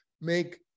make